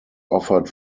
offered